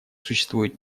существует